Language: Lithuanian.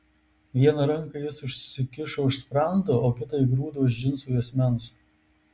vieną ranką jis užsikišo už sprando o kitą įgrūdo už džinsų juosmens